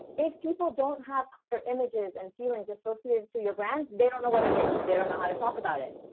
if people don't have your images and feelings associated to your brand, they don't know what it is, they don't know how to talk about it.